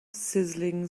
sizzling